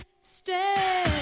Stay